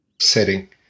setting